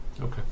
Okay